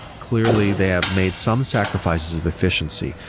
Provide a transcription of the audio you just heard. clearly, they have made some sacrifices of efficiency.